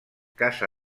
casa